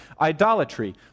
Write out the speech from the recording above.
idolatry